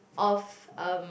of um